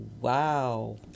wow